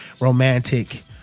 romantic